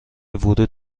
ورود